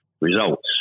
results